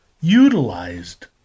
utilized